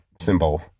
symbol